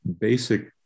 basic